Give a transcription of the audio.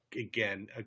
again